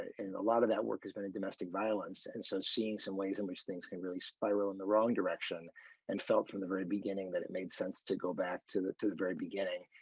and a lot of that work has been domestic violence and so seeing some ways in which things can really spiral in the wrong direction and felt from the very beginning that it made sense to go back to the to the very beginning